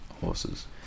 horses